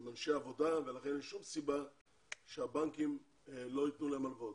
הם אנשי עבודה ולכן אין שום סיבה שהבנקים לא ייתנו להם הלוואות.